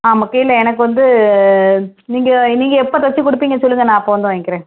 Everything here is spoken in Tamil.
ஆமாம் கீழ எனக்கு வந்து நீங்கள் நீங்கள் எப்போ தச்சு கொடுப்பீங்கன்னு சொல்லுங்கள் நான் அப்போ வந்து வாங்கிக்கிறேன்